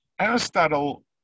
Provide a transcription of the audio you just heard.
Aristotle